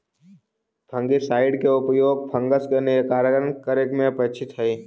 fungicide के उपयोग fungus के निराकरण करे में अपेक्षित हई